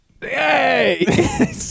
hey